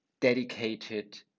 dedicated